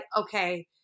Okay